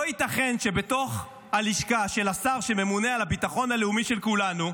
לא ייתכן שבתוך הלשכה של השר שממונה על הביטחון הלאומי של כולנו,